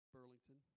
Burlington